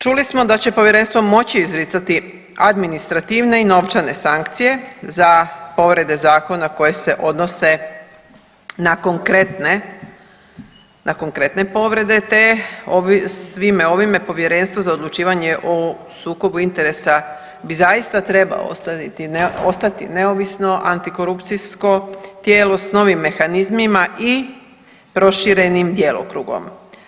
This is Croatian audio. Čuli smo da će povjerenstvo moći izricati administrativne i novčane sankcije za povrede zakona koje se odnose na konkretne povrede, te svime ovime Povjerenstvo za odlučivanje o sukobu interesa bi zaista trebao ostati neovisno antikorupcijsko tijelo sa novim mehanizmima i proširenim djelokrugom.